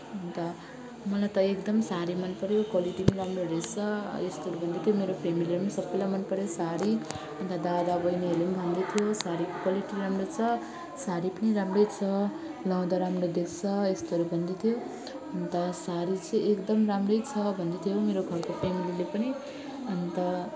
अन्त मलाई त एकदम साडी मन पर्यो क्वालिटी पनि राम्रो रहेछ यस्तो भन्दै थियो मेरो फ्यमिलीलाई पनि सबलाई मन पर्यो साडी अन्त दादा बहिनीहरूले पनि भन्दै थियो साडीको क्वालिटी राम्रो छ साडी पनि राम्रो छ लगाउँदा राम्रो देख्छ यस्तोहरू भन्दै थियो अन्त साडी चाहिँ एकदम राम्रो छ भन्दै थियो मेरो घरको फ्यामिलीले पनि अन्त